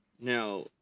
Now